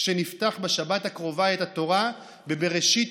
שנפתח בשבת הקרובה את התורה בבראשית,